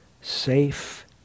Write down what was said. safe